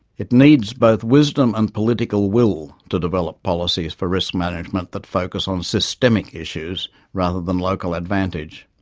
it needs both wisdom and political will to develop policies for risk management that focus on systemic issues rather than local advantage.